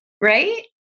right